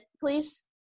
please